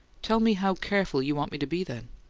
tell me how careful you want me to be, then!